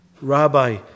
Rabbi